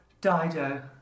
Dido